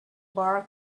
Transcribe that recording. bar